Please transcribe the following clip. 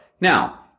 Now